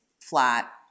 flat